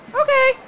Okay